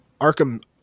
Arkham